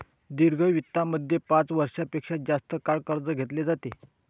दीर्घ वित्तामध्ये पाच वर्षां पेक्षा जास्त काळ कर्ज घेतले जाते